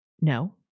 No